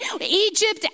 Egypt